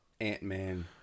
Ant-Man